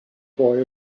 boy